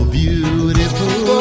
beautiful